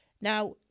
Now